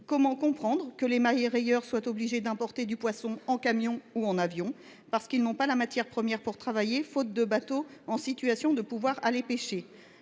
Comment comprendre que les mareyeurs soient obligés d’importer du poisson en camion ou en avion, parce qu’ils n’ont pas la matière première pour travailler, faute de bateaux pour aller pêcher ?